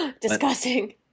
Disgusting